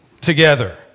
together